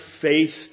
faith